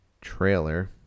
trailer